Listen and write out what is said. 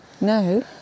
No